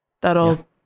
That'll